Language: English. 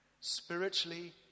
spiritually